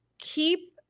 Keep